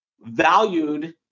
valued